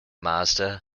mazda